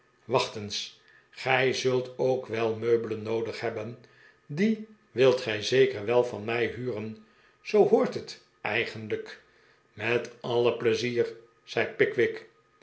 eensl gij zult ook wel meubelen noodig hebben die wilt gij zeker wel van mij huren zoo hoort het eigenlijk met alle pleizier zei pickwick